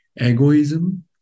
Egoism